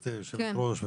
גברתי היושבת-ראש,